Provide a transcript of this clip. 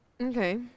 Okay